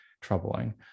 troubling